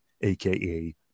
aka